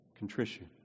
contrition